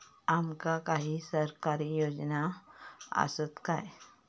आमका काही सरकारी योजना आसत काय?